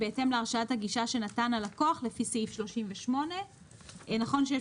"בהתאם להרשאת הגישה שנתן הלקוח לפי סעיף 38". נכון שיש